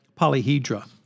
polyhedra